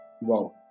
Wow